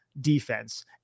defense